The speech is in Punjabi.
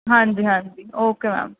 ਹਾਂਜੀ ਹਾਂਜੀ ਓਕੇ ਮੈਮ